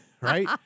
right